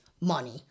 money